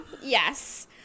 yes